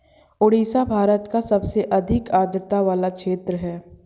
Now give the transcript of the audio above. ओडिशा भारत का सबसे अधिक आद्रता वाला क्षेत्र है